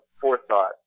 forethought